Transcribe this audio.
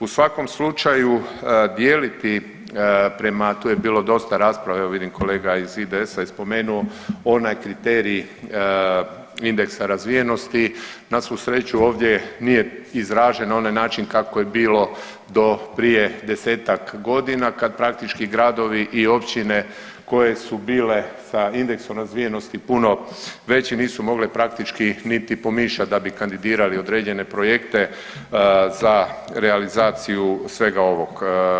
U svakom slučaju dijeliti prema, tu je bilo dosta rasprave evo vidim kolega iz IDS-a je spomenuo onaj kriterij indeksa razvijenosti, na svu sreću ovdje nije izražen onaj način kako je bilo do prije desetak godina kad praktički gradovi i općine koje su bile sa indeksom razvijenosti puno veći nisu mogle praktički niti pomišljat da bi kandidirali određene projekte za realizaciju svega ovog.